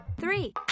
Three